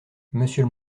monsieur